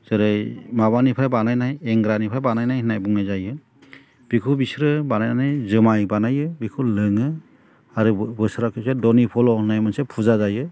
जेरै माबानिफ्राय बानायनाय एंग्रानिफ्राय बानायनाय होननाय बुंनाय जायो बेखौ बिसोरो बानायनानै जुमाय बानायो बेखौ लोङो आरो बोसोराव खेबसे दनि फल' होननाय मोनसे फुजा जायो